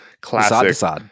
classic